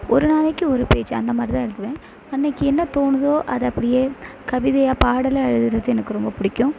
ஒரு நாளைக்கு ஒரு பேஜ் அந்த மாதிரி தான் எழுதுவேன் அன்னிக்கி என்ன தோணுதோ அதை அப்படியே கவிதையாக பாடலாக எழுதுவது எனக்கு ரொம்ப பிடிக்கும்